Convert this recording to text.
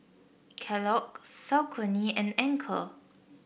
Kellogg's Saucony and Anchor